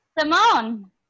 Simone